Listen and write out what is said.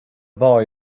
boy